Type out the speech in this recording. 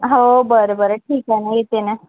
हो बरं बरं ठीक आहे ना येते ना